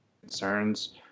concerns